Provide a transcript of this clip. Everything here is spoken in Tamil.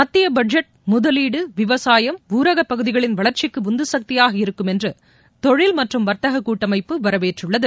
மத்திய பட்ஜெட் முதவீடு விவசாயம் ஊரகப்பகுதிகளின் வளர்ச்சிக்கு உந்துசக்தியாக இருக்கும் என்று தொழில் மற்றும் வர்த்தக கூட்டமைப்பு வரவேற்றுள்ளது